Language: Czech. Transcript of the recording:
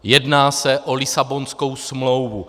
Jedná se o Lisabonskou smlouvu.